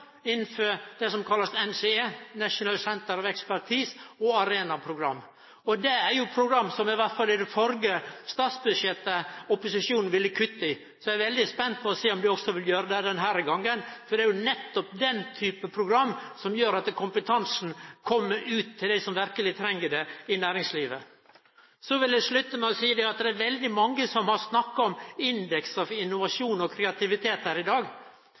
innanfor det som blir kalla NCE, National Centre of Expertise og Arena-programmet. Det er jo program som opposisjonen, i alle fall i det førre statsbudsjettet, ville kutte i. Så eg er veldig spent på å sjå om dei også vil gjere det denne gongen. Det er jo nettopp den typen program som gjer at kompetansen kjem ut til dei som verkeleg treng det i næringslivet. Eg vil slutte med å seie at det er veldig mange som har snakka om indeksar for innovasjon og kreativitet her i dag.